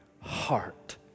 heart